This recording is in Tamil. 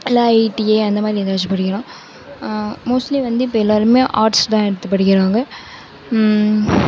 இல்லை ஐடிஐ அந்தமாதிரி ஏதாச்சும் படிக்கலாம் மோஸ்ட்லி வந்து இப்போ எல்லாருமே ஆட்ஸ்தான் எடுத்து படிக்கிறாங்க